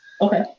Okay